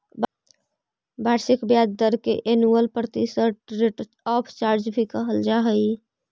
वार्षिक ब्याज दर के एनुअल प्रतिशत रेट ऑफ चार्ज भी कहल जा हई